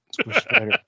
spider